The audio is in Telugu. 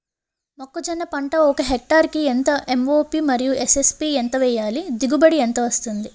మొక్కజొన్న పంట ఒక హెక్టార్ కి ఎంత ఎం.ఓ.పి మరియు ఎస్.ఎస్.పి ఎంత వేయాలి? దిగుబడి ఎంత వస్తుంది?